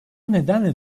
nedenle